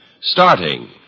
starting